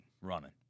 running